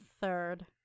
third